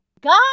God